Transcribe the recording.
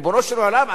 ריבונו של עולם,